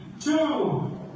two